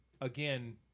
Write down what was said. again